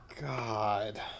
god